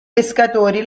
pescatori